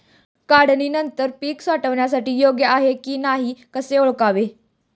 काढणी नंतर पीक साठवणीसाठी योग्य आहे की नाही कसे ओळखावे?